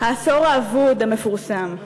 העשור האבוד המפורסם.